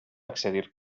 accedir